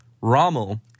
Rommel